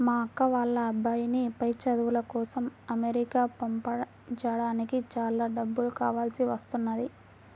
మా అక్క వాళ్ళ అబ్బాయిని పై చదువుల కోసం అమెరికా పంపించడానికి చాలా డబ్బులు కావాల్సి వస్తున్నది